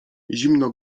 zimno